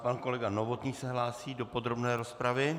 Pan kolega Novotný se hlásí do podrobné rozpravy.